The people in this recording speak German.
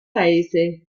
reise